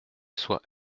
soit